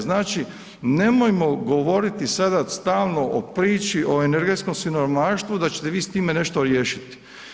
Znači nemojmo govoriti sada stalno o priči o energetskom siromaštvu da ćete vi s time nešto riješiti.